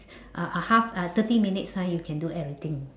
uh uh half uh thirty minutes time you can do everything